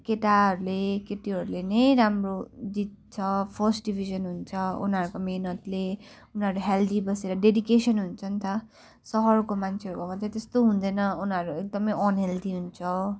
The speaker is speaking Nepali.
केटाहरूले केटीहरूले नै राम्रो जित्छ फर्स्ट डिभिजन हुन्छ उनीहरूको मेहनतले उनीहरू हेल्दी बसेर डेडिकेसन हुन्छन् त सहरको मान्छेहरूकोमा त्यही त्यस्तो हुँदैन उनीहरू एकदमै अनहेल्दी हुन्छ